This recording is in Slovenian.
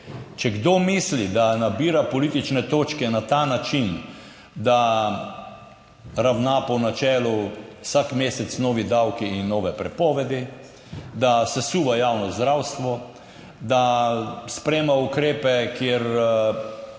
Če kdo misli, da nabira politične točke na ta način, da ravna po načelu vsak mesec novi davki in nove prepovedi, da sesuva javno zdravstvo, da sprejema ukrepe, ki